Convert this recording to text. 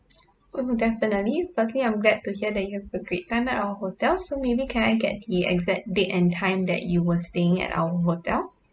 oh definitely firstly I'm glad to hear that you'd a great time at our hotel so maybe can I get the exact date and time that you were staying at our hotel